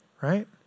right